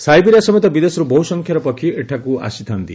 Siberia ସମେତ ବିଦେଶରୁ ବହୁ ସଂଖ୍ୟାରେ ପକ୍ଷୀ ଏଠାକୁ ଆସିଥାନ୍ତି